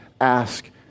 ask